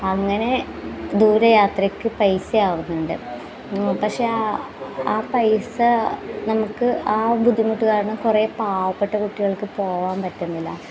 അങ്ങനെ ദൂരെ യാത്രയ്ക്ക് പൈസ ആവുന്നുണ്ട് പക്ഷേ ആ ആ പൈസ നമുക്ക് ആ ഒരു ബുദ്ധിമുട്ട് കാരണം കുറേ പാവപ്പെട്ട കുട്ടികൾക്ക് പോവാൻ പറ്റുന്നില്ല